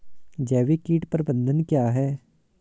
जैविक कीट प्रबंधन क्या है?